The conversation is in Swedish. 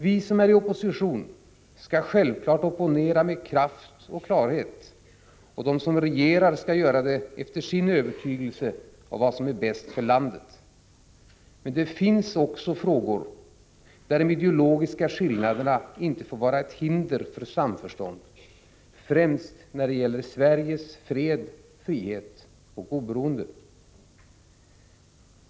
Vi som är i opposition skall självklart opponera med kraft och klarhet och de som regerar skall göra det efter sin övertygelse om vad som är bäst för landet. Men det finns också frågor där de ideologiska skillnaderna inte får vara ett hinder för samförstånd, främst när det gäller Sveriges fred, frihet och oberoende.